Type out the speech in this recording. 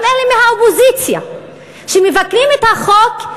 גם אלה מהאופוזיציה שמבקרים את החוק,